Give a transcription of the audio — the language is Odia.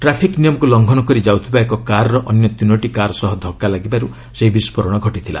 ଟ୍ରାଫିକ୍ ନିୟମକୁ ଲଂଘନ କରି ଯାଉଥିବା ଏକ କାର୍ର ଅନ୍ୟ ତିନୋଟି କାର୍ ସହ ଧକ୍କା ଲାଗିବାରୁ ସେହି ବିସ୍ଫୋରଣ ଘଟିଥିଲା